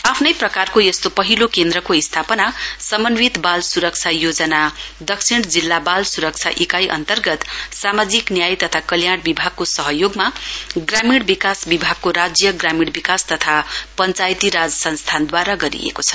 आफ्नै प्रकारको यस्तो पहिलो केन्द्रको स्थापना समन्वित वाल स्रक्षा योजना दक्षिण जिल्ला बाल सुरक्षा इकाइ अन्तर्गत सामाजिक न्याय तथा कल्याण विभागको सहयोग सभा ग्रामीण विभागको राज्य ग्रामीण विकास तथा पञ्चायत राज संस्थानद्वारा गरिएको छ